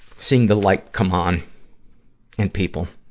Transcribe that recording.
seeing the light come on in people.